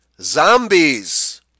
zombies